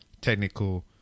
technical